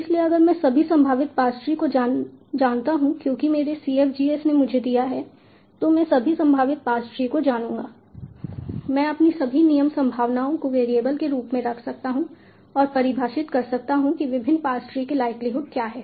इसलिए अगर मैं सभी संभावित पार्स ट्री को जानता हूं क्योंकि मेरे CFGS ने मुझे दिया है तो मैं सभी संभावित पार्स ट्री को जानूंगा मैं अपनी सभी नियम संभावनाओं को वेरिएबल के रूप में रख सकता हूं और परिभाषित कर सकता हूं कि विभिन्न पार्स ट्री की लाइक्लीहुड क्या है